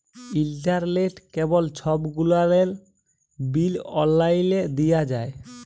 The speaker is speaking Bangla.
ইলটারলেট, কেবল ছব গুলালের বিল অললাইলে দিঁয়া যায়